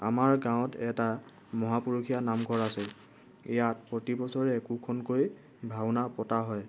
আমাৰ গাঁৱত এটা মহাপুৰুষীয়া নামঘৰ আছিল ইয়াত প্ৰতি বছৰে একোখনকৈ ভাওনা পতা হয়